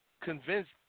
convinced